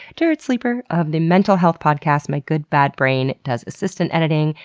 jarrett sleeper of the mental health podcast my good bad brain does assistant editing.